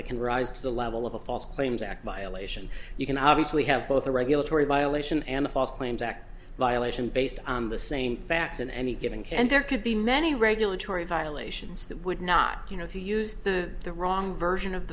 that can rise to the level of a false claims act violation you can obviously have both a regulatory violation and a false claims act violation based on the same facts in any given case and there could be many regulatory violations that would not you know if you used the the wrong version of